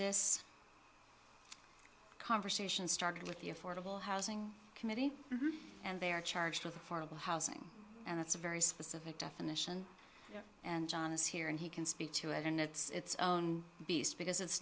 this conversation started with the affordable housing committee and they are charged with affordable housing and that's a very specific definition and john is here and he can speak to it in its own beast because it's